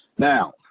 Now